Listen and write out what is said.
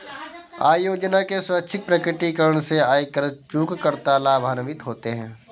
आय योजना के स्वैच्छिक प्रकटीकरण से आयकर चूककर्ता लाभान्वित होते हैं